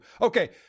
Okay